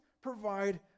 provide